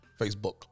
Facebook